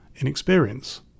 inexperience